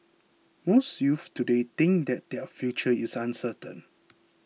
most youths today think that their future is uncertain